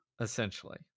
essentially